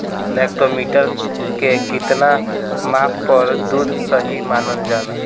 Lactometer के कितना माप पर दुध सही मानन जाला?